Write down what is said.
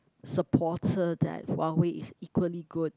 supporter that Huawei is equally good